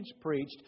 preached